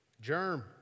Germ